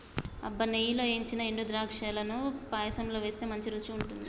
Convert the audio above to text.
అబ్బ నెయ్యిలో ఏయించిన ఎండు ద్రాక్షలను పాయసంలో వేస్తే మంచి రుచిగా ఉంటుంది